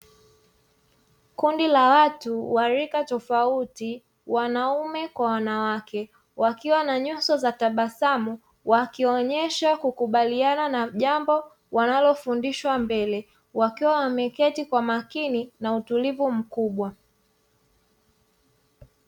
Kundi la watu wa rika tofauti wanaume kwa wanawake wakiwa na nyuso za tabasamu wakionyesha kukubaliana na jambo wanalofundishwa mbele wakiwa wameketi kwa makini na utulivu mkubwa.